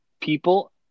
people